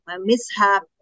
mishap